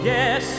Yes